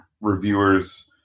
reviewers